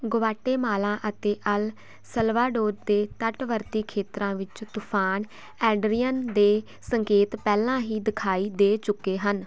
Guatemala ਅਤੇ El Salvador ਦੇ ਤੱਟਵਰਤੀ ਖੇਤਰਾਂ ਵਿੱਚ ਤੂਫਾਨ ਐਡਰੀਅਨ ਦੇ ਸੰਕੇਤ ਪਹਿਲਾਂ ਹੀ ਦਿਖਾਈ ਦੇ ਚੁੱਕੇ ਹਨ